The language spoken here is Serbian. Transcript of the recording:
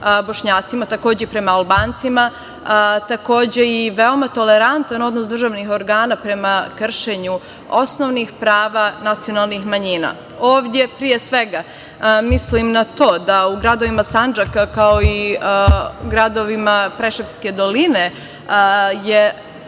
takođe i prema Albancima, takođe i veoma tolerantan odnos državnih organa prema kršenju osnovnih prava nacionalnih manjina. Ovde, pre svega, mislim na to da u gradovima Sandžaka, kao i gradovima Preševske doline nije